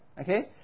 Okay